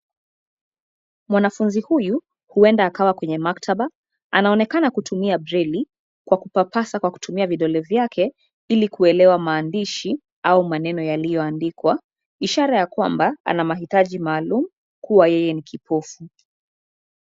Mwanafunzi huyu huenda akawa kwenye maktaba. Anaonekana kutumia breli kwa kupapaza kwa kutumia vidole vyake ili kuelewa maandishi au maneno yaliyoandikwa. Ishara ya kwamba ana maitaji maalum kuwa yeye ni kipofu.